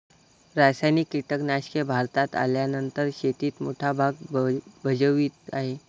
रासायनिक कीटनाशके भारतात आल्यानंतर शेतीत मोठा भाग भजवीत आहे